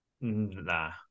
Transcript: Nah